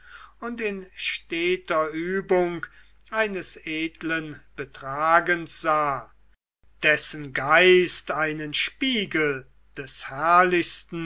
und in steter übung eines edlen betragens sah dessen geist einen spiegel des herrlichsten